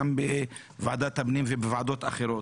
גם בוועדת הפנים ובוועדות האחרות.